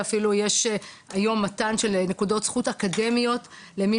אפילו יש היום מתן של נקודות זכות אקדמיות למי